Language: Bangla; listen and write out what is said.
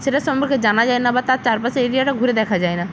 সেটার সম্পর্কে জানা যায় না বা তার চারপাশের এরিয়াটা ঘুরে দেখা যায় না